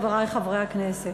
חברי חברי הכנסת,